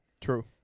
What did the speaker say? True